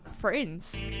Friends